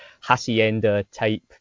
Hacienda-type